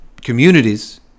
communities